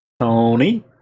Tony